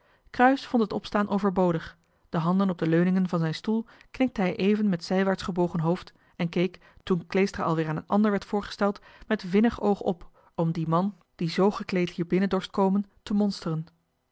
cruyss vond het opstaan overbodig de handen op de leuningen van zijn stoel knikte hij even met zijwaarts gebogen hoofd en keek toen kleestra alweer aan een ander werd voorgesteld met vinnig oog op om dien man die zoo gekleed hier binnen dorst komen te monsteren